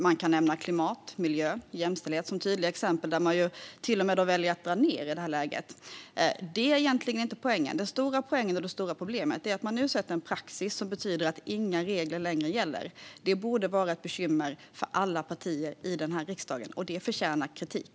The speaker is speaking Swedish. Jag kan nämna klimat, miljö och jämställdhet som tydliga exempel där de till och med väljer att dra ned i detta läge. Det är egentligen inte poängen. Den stora poängen och det stora problemet är att det nu sätts en praxis som betyder att inga regler längre gäller. Det borde vara ett bekymmer för alla partier i denna riksdag, och det förtjänar kritik.